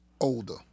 older